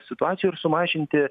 situacijų ir sumažinti